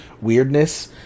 weirdness